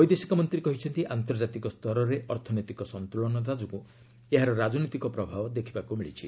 ବୈଦେଶିକ ମନ୍ତ୍ରୀ କହିଛନ୍ତି ଆନ୍ତର୍ଜାତିକ ସ୍ତରରେ ଅର୍ଥନୈତିକ ସନ୍ତୁଳନତା ଯୋଗୁଁ ଏହାର ରାଜନୈତିକ ପ୍ରଭାବ ଦେଖିବାକୁ ମିଳିଛି